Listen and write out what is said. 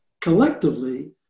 Collectively